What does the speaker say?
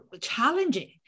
challenging